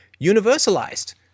universalized